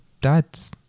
dads